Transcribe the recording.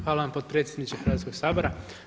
Hvala vam potpredsjedniče Hrvatskoga sabora.